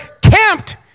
camped